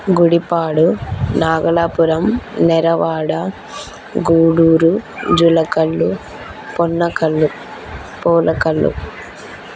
Gudipadu Nagalapuram Neravada Gudur Julakallu Ponnakallu Pulakallu